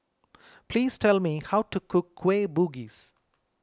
please tell me how to cook Kueh Bugis